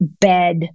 bed